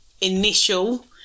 initial